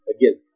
Again